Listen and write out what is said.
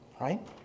right